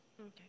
Okay